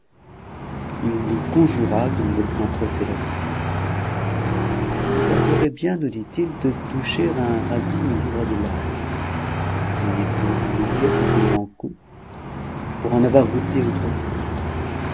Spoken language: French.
il nous conjura de ne le point presser là-dessus je me garderai bien nous dit-il de toucher à un ragoût où il y aura de l'ail je n'ai point oublié ce qu'il m'en coûte pour en avoir goûté autrefois